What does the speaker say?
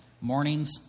Mornings